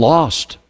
Lost